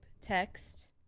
text